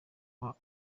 aba